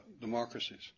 democracies